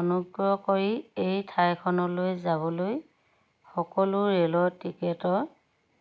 অনুগ্ৰহ কৰি এই ঠাইখনলৈ যাবলৈ সকলো ৰে'লৰ টিকেটৰ